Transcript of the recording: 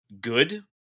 good